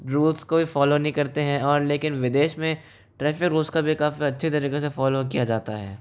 rules को ये follow नहीं करते हैं और लेकिन विदेश में ट्रैफिक रूल्स का भी काफ़ी अच्छे तरीके से फॉलो किया जाता है